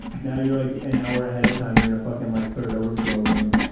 now you're like, an hour ahead of time, you're in a fucking like third overflow room.